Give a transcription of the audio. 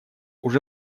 уже